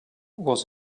was